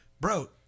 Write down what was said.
Bro